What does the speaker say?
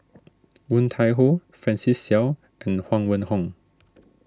Woon Tai Ho Francis Seow and Huang Wenhong